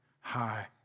high